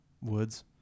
woods